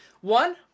One